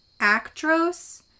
Actros